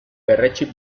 berretsi